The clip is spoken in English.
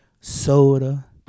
Soda